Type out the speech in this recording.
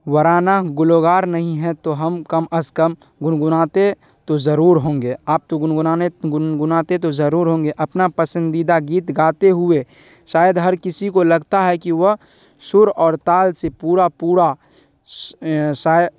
ورانہ گلوار نہیں ہیں تو ہم کم از کم گنگناتے تو ضرور ہوں گے آپ تو گنگنانے گنگناتے تو ضرور ہوں گے اپنا پسندیدہ گیت گاتے ہوئے شاید ہر کسی کو لگتا ہے کہ وہ سر اور تال سے پورا پورا شاید